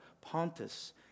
Pontus